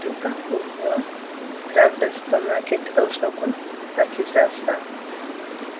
Duka kubwa labda supermarket au soko la kisasa.